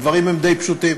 הדברים הם די פשוטים,